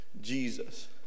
Jesus